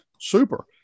Super